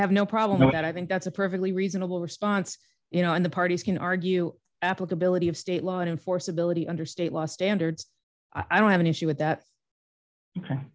have no problem with that i think that's a perfectly reasonable response you know on the parties can argue applicability of state law and enforceability under state law standards i don't have an issue with that